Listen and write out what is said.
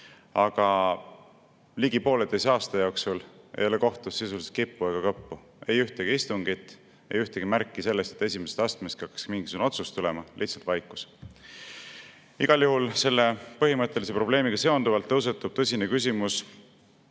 Aga ligi pooleteise aasta jooksul ei ole kohtust sisuliselt kippu ega kõppu [tulnud], ei ühtegi istungit, ei ühtegi märki sellest, et esimesest astmest hakkaks mingisugunegi otsus tulema – lihtsalt vaikus. Igal juhul selle põhimõttelise probleemiga seonduvalt tõusetub tõsine küsimus